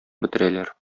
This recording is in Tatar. бетерәләр